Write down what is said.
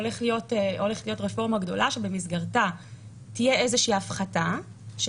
הולכת להיות רפורמה גדולה שבמסגרתה תהיה איזה שהיא הפחתה של